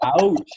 Ouch